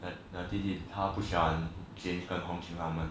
like the 弟弟他不喜欢红琴他们